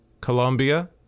Colombia